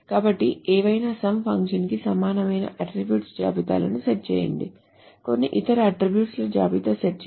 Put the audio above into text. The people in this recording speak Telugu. కాబట్టి ఏవైనా sum ఫంక్షన్కి సమానమైన అట్ట్రిబ్యూట్ జాబితాలను సెట్ చేయండి కొన్ని ఇతర అట్ట్రిబ్యూట్ ల జాబితాలను సెట్ చేయండి